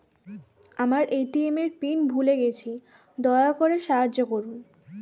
আমার এ.টি.এম এর পিন ভুলে গেছি, দয়া করে সাহায্য করুন